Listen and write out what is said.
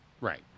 Right